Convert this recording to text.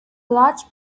large